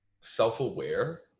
self-aware